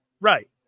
Right